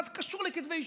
מה זה קשור לכתבי אישום?